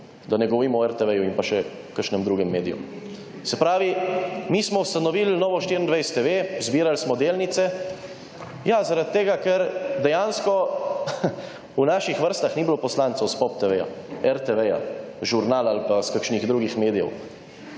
da ne govorim o RTV in pa še kakšnem drugem mediju. Se pravi, mi smo ustanovili novo 24 TV, zbirali smo delnice, ja zaradi tega, ker dejansko, v naših vrstah ni bilo poslancev s POP TV, RTV, Žurnal ali pa iz kakšnih drugih medijev,